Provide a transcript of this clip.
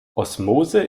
osmose